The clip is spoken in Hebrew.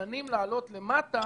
שמתוכננים להעלות למטה?